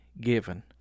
given